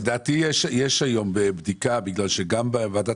לדעתי יש היום בדיקה בגלל שגם בוועדת